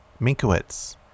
Minkowitz